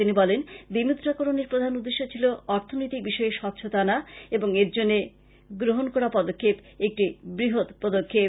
তিনি বলেন বিমুদ্রাকরনের প্রধান উদেশ্য ছিল অর্থনৈতিক বিষয়ে স্বচ্ছতা আনার জন্য গ্রহন করা পদক্ষেপ একটি বৃহৎ পদক্ষেপ